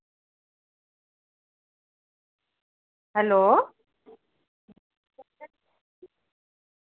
hello